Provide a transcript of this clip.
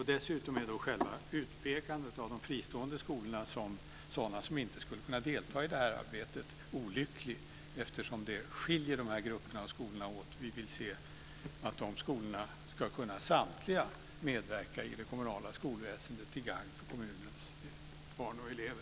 Dessutom är själva utpekandet av de fristående skolorna som sådana som inte skulle kunna delta i det här arbetet olyckligt eftersom det skiljer de här grupperna av skolor åt. Vi vill att samtliga skolor ska kunna medverka i det kommunala skolväsendet till gagn för kommunens barn och elever.